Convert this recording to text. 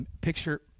Picture